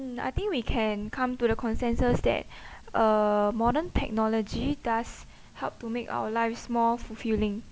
I think we can come to the consensus that uh modern technology does help to make our lives more fulfilling